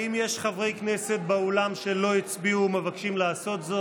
האם יש חברי כנסת באולם שלא הצביעו ומבקשים לעשות זאת?